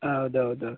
ಹೌದ್ ಹೌದ್ ಹೌದ್